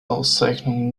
auszeichnung